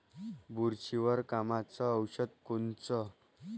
बुरशीवर कामाचं औषध कोनचं?